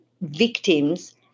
victims